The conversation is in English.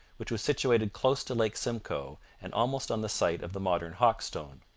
which was situated close to lake simcoe and almost on the site of the modern hawkestone.